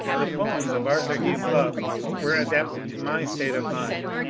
the poems of arthur hugh clough were adapted to my state of mind.